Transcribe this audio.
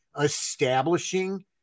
establishing